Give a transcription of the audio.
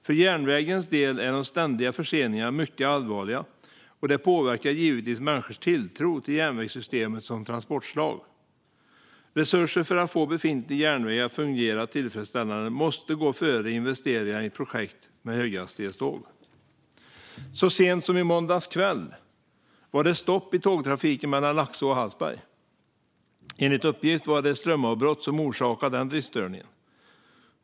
För järnvägens del är de ständiga förseningarna mycket allvarliga, och de påverkar givetvis människors tilltro till järnvägssystemet som transportslag. Resurser för att få befintlig järnväg att fungera tillfredsställande måste gå före investeringar i ett projekt med höghastighetståg. Så sent som i måndags kväll var det stopp i tågtrafiken mellan Laxå och Hallsberg. Enligt uppgift var det ett strömavbrott som orsakade den driftsstörningen.